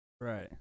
Right